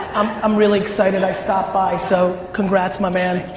i'm really excited i stopped by so congrats my man.